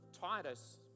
Titus